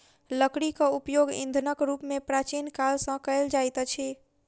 लकड़ीक उपयोग ईंधनक रूप मे प्राचीन काल सॅ कएल जाइत अछि